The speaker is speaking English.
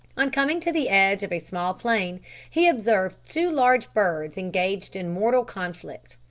on coming to the edge of a small plain he observed two large birds engaged in mortal conflict.